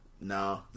no